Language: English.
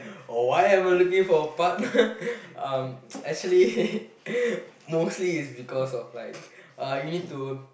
oh why am I looking for a partner um actually mostly is because of like uh you need to